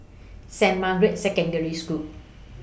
Saint Margaret's Secondary School